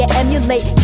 emulate